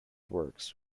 works